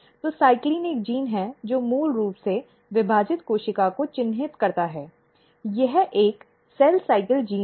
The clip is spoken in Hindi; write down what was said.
तो CYCLIN एक जीन है जो मूल रूप से विभाजित कोशिका को चिह्नित करता है यह एक कोशिका चक्र जीन है